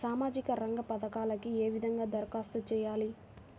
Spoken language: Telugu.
సామాజిక రంగ పథకాలకీ ఏ విధంగా ధరఖాస్తు చేయాలి?